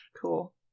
cool